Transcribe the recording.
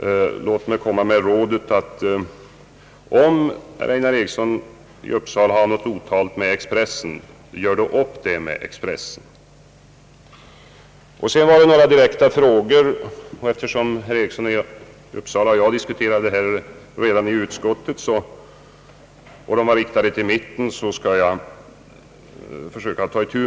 Låt mig komma med rådet, att om herr Eriksson har något otalt med Expressen bör han göra upp detta med Expressen. Det har ställts några direkta frågor, och eftersom herr Eriksson och jag har diskuterat detta redan i utskottet, och de var riktade till mittenpartierna skall jag försöka svara.